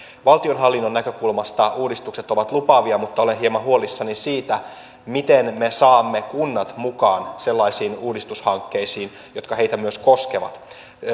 valtionhallinnon näkökulmasta uudistukset ovat lupaavia mutta olen hieman huolissani siitä miten me saamme kunnat mukaan sellaisiin uudistushankkeisiin jotka niitä myös koskevat